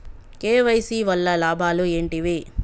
KYC వల్ల లాభాలు ఏంటివి?